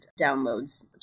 downloads